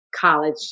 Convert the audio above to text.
College